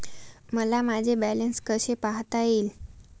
मला माझे बॅलन्स कसे पाहता येईल?